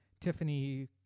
Tiffany